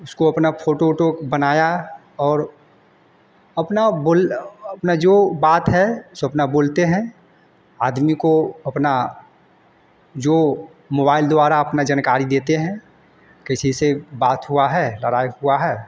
उसको अपना फ़ोटो ओटो बनाया और अपना बोल अपनी जो बात है सो अपना बोलते हैं आदमी काे अपना जो मोबाइल द्वारा अपनी जनकारी देते हैं कैसे कैसे बात हुआ है लड़ाई हुआ है